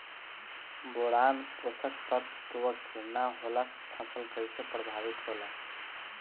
Boron पोषक तत्व के न होला से फसल कइसे प्रभावित होला?